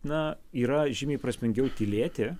na yra žymiai prasmingiau tylėti